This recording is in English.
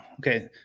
okay